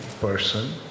person